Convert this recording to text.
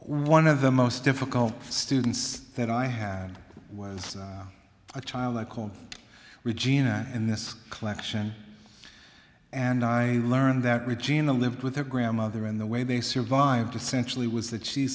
one of the most difficult students that i had was a child i called regina in this collection and i learned that regina lived with her grandmother in the way they survived essentially was that she